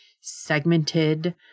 segmented